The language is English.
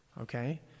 okay